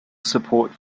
support